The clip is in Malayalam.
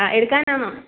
ആ എടുക്കാനാണോ